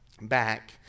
back